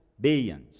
Billions